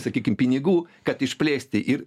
sakykim pinigų kad išplėsti ir